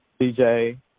dj